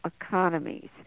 economies